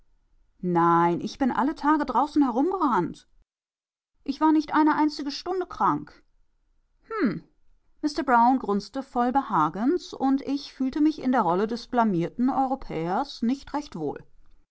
nein ich bin alle tage draußen herumgerannt ich war gar nicht eine einzige stunde krank hm mister brown grunzte voll behagens und ich fühlte mich in der rolle des blamierten europäers nicht recht wohl